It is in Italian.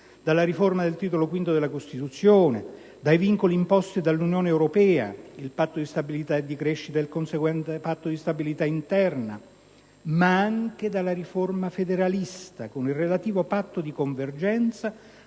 dalla riforma del Titolo V della Costituzione, dai vincoli imposti dall'Unione europea (il Patto di stabilità e di crescita e il conseguenziale Patto di stabilità interno), ma anche dalla riforma federalista con il relativo patto di convergenza